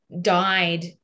died